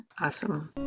Awesome